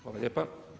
Hvala lijepa.